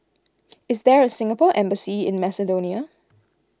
is there a Singapore Embassy in Macedonia